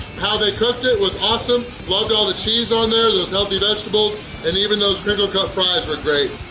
how they cooked it was awesome loved all the cheese on there those healthy vegetables and even those crinkle-cut fries were great!